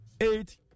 eight